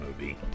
movie